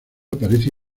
aparece